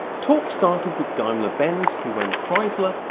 talks started with daimler benz, who owned chrysler,